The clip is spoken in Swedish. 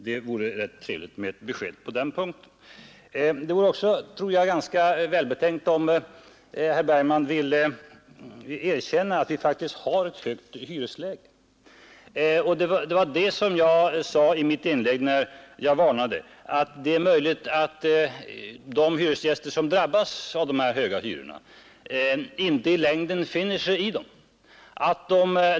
Det vore rätt trevligt med ett besked på den punkten. Det vore också bra om herr Bergman ville erkänna att hyrorna faktiskt är höga. I mitt inlägg varnade jag för att de hyresgäster som drabbas av dessa höga hyror inte i längden finner sig i det.